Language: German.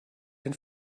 den